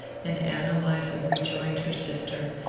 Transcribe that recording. and ann eliza rejoined her sister,